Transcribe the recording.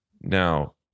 Now